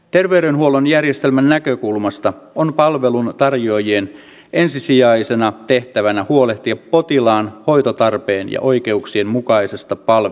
terveydenhuollon järjestelmän näkökulmasta on palveluntarjoajien ensisijaisena tehtävänä huolehtia potilaan hoitotarpeen ja oikeuksien mukaisesta palvelusta